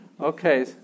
Okay